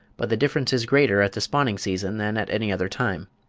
but the difference is greater at the spawning-season than at any other time.